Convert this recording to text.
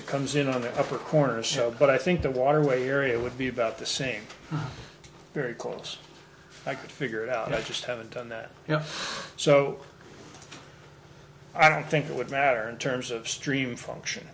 it comes in on the upper corner so but i think the waterway area would be about the same very close i could figure it out and i just haven't done that you know so i don't think it would matter in terms of stream function